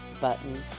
button